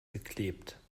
geklebt